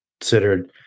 considered